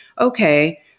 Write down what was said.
okay